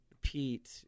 Pete